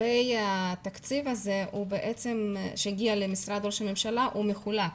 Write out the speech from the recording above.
התקציב הזה שהגיע למשרד ראש הממשלה, הוא מחולק.